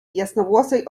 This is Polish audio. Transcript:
jasnowłosej